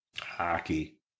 Hockey